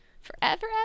Forever